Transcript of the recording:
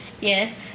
Yes